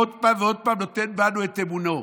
שעוד פעם ועוד פעם נותן בנו את אמונו.